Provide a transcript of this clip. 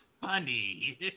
funny